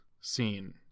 scene